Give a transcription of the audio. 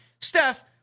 Steph